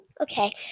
Okay